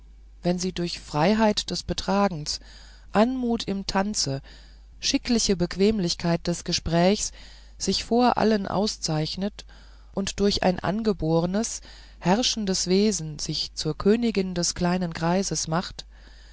wenn sie durch freiheit des betragens anmut im tanze schickliche bequemlichkeit des gesprächs sich vor allen auszeichnet und durch ein angebornes herrschendes wesen sich zur königin des kleinen kreises macht